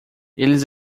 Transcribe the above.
eles